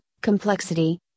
complexity